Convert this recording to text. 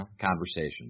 conversation